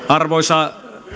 arvoisa